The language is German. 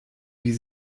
wie